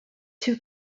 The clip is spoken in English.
two